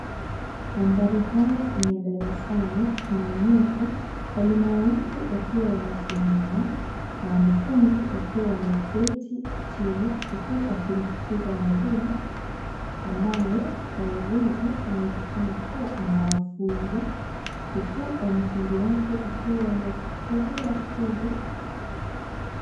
Mandhari haya ni ya darasani. Tunaonyeshwa walimu wawili wakiwa wamesimama na wanafunzi wakiwa wameketi chini huku wakimsikiza mwalimu ambaye kwa uwezo yawezekana kuwa anawafunza huku wanafunzi wakiwa wametulia tuli.